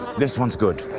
this one's good.